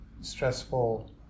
stressful